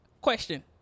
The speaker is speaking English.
Question